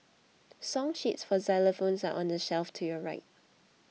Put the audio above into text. song sheets for xylophones are on the shelf to your right